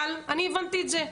אבל אני הבנתי את זה,